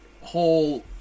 whole